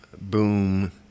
boom